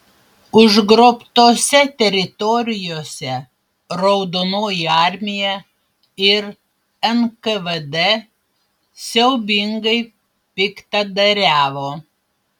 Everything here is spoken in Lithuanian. užgrobtose teritorijose raudonoji armija ir nkvd siaubingai piktadariavo